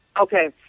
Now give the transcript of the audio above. Okay